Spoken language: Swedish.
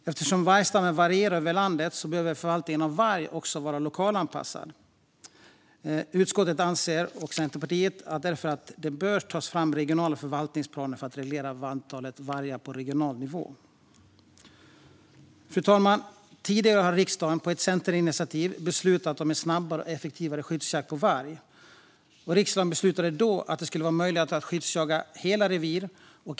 Eftersom vargstammen varierar över landet behöver förvaltningen av varg vara lokalt anpassad. Utskottet, och Centerpartiet, anser därför att det bör tas fram regionala förvaltningsplaner för att reglera antalet vargar på regional nivå. Fru talman! Tidigare har riksdagen, på initiativ av Centerpartiet, beslutat om snabbare och effektivare skyddsjakt på varg. Riksdagen beslutade då att det ska vara möjligt att skyddsjaga hela revir.